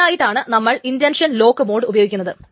ഇതിനായിട്ടാണ് നമ്മൾ intention lock mode ഉപയോഗിക്കുന്നത്